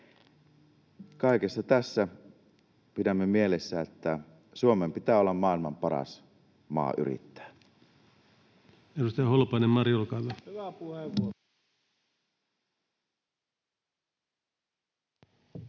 Kaikessa tässä pidämme mielessä, että Suomen pitää olla maailman paras maa yrittää.